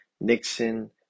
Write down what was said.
nixon